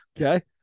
Okay